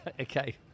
Okay